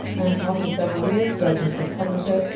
and after several years searching for a publisher,